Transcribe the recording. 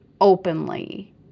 openly